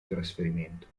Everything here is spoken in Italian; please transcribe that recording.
trasferimento